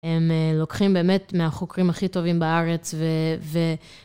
הם לוקחים באמת מהחוקרים הכי טובים בארץ ו...